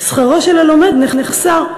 שכרו של הלומד נחסר.